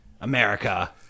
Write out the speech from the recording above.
America